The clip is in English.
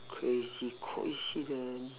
crazy coincidence